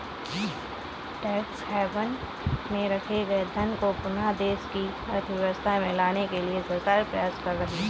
tax haven में रखे गए धन को पुनः देश की अर्थव्यवस्था में लाने के लिए सरकार प्रयास कर रही है